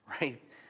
right